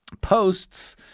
posts